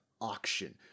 auction